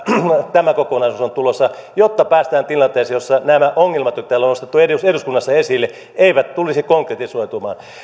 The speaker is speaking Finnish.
tämä kokonaisuus on tulossa jotta päästään tilanteeseen jossa nämä ongelmat jotka on nostettu täällä eduskunnassa esille eivät tulisi konkretisoitumaan